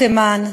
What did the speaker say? יהדות תימן,